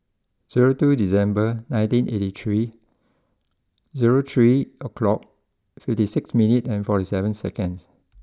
zero two December nineteen eighty three zero three o'clock fifty six minute and forty seven seconds